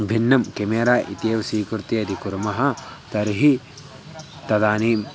भिन्नं केमेरा इत्येव स्वीकृत्य यदि कुर्मः तर्हि तदानीं